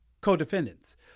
co-defendants